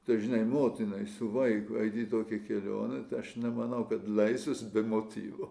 tai žinai motinai su vaiku eit į tokią kelionę aš nemanau kad leisis be motyvo